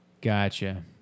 Gotcha